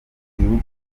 genocide